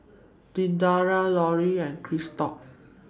Dedra Loria and Christop